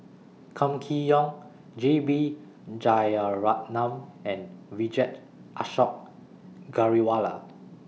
Kam Kee Yong J B Jeyaretnam and Vijesh Ashok Ghariwala